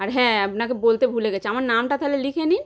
আর হ্যাঁ আপনাকে বলতে ভুলে গেছি আমার নামটা তাহলে লিখে নিন